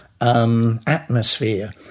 Atmosphere